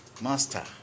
master